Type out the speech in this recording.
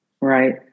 right